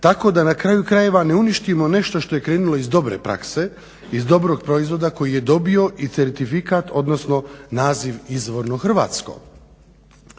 tako da na kraju krajeva ne uništimo nešto što je krenulo iz dobre prakse, iz dobrog proizvoda koji je dobio i certifikat odnosno naziv izvorno hrvatsko.